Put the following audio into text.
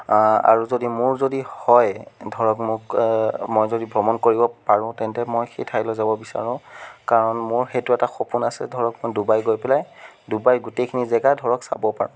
আৰু যদি মোৰ যদি হয় ধৰক মোক মই যদি ভ্ৰমণ কৰিব পাৰোঁ তেন্তে মই সেই ঠাইলৈ যাব বিচাৰোঁ কাৰণ মোৰ সেইটো এটা সপোন আছে ধৰক মই ডুবাই গৈ পেলাই ডুূবাইৰ গোটেইখিনি জেগা ধৰক চাব পাৰোঁ